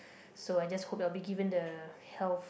so I just hope you will be given the health